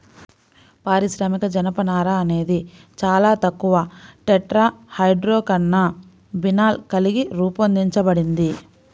పారిశ్రామిక జనపనార అనేది చాలా తక్కువ టెట్రాహైడ్రోకాన్నబినాల్ కలిగి రూపొందించబడింది